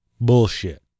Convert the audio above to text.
Bullshit